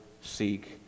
seek